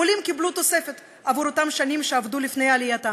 עולים קיבלו תוספת עבור אותן שנים שעבדו לפני עלייתם,